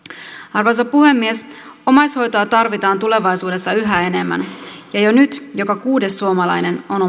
arvoisa puhemies omaishoitoa tarvitaan tulevaisuudessa yhä enemmän ja jo nyt joka kuudes suomalainen on